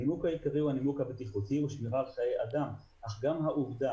הנימוק העיקרי הוא הנימוק הבטיחותי ושמירה על חיי אדם אך גם העובדה